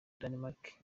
denmark